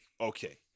okay